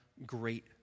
great